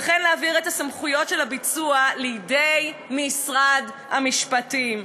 וכן להעביר את סמכויות הביצוע לידי משרד המשפטים.